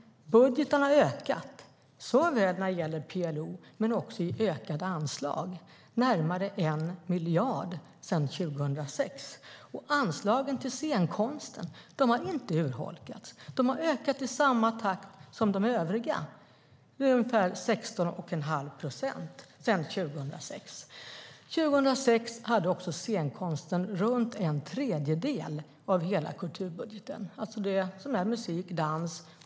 Budgeten har ökat, såväl när det gäller PLO som när det gäller ökade anslag, med närmare 1 miljard sedan 2006. Anslagen till scenkonsten har inte urholkats; de har ökat i samma takt som de övriga med ungefär 16 1⁄2 procent sedan 2006.